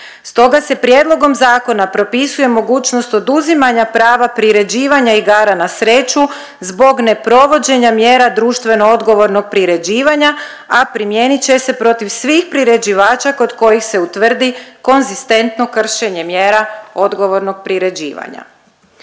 Stoga se prijedlogom zakona propisuje mogućnost oduzimanja prava priređivanja igara na sreću zbog neprovođenja mjera društveno odgovornog priređivanja, a primijenit će se protiv svih priređivača kod kojih se utvrdi konzistentno kršenje mjera odgovornog priređivanja.